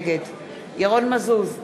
נגד ירון מזוז,